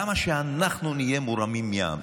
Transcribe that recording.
למה שאנחנו נהיה מורמים מהעם?